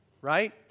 right